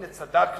הנה צדקנו,